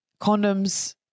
condoms